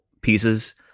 pieces